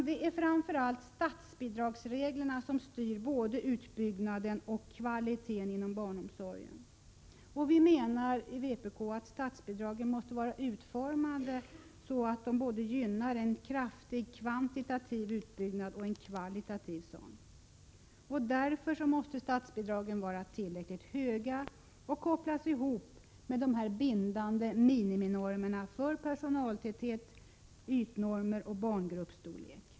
Det är framför allt statsbidragsreglerna som styr både utbyggnaden och kvaliteten när det gäller barnomsorgen. Vi i vpk menar att statsbidragen måste vara utformade så, att de rejält gynnar både en kvantitativ och en kvalitativ utbyggnad. Därför måste statsbidragen vara tillräckligt stora. De måste också kopplas ihop med nämnda bindande miniminormer för personaltäthet, ytstorlek och barngruppsstorlek.